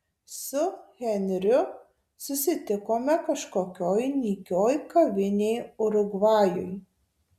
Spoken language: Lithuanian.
su henriu susitikome kažkokioj nykioj kavinėj urugvajui